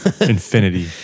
infinity